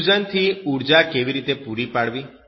fusion થી ઉર્જા કેવી રીતે પૂરી પાડવી